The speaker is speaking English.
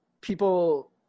people